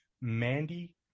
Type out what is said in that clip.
Mandy